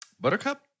Buttercup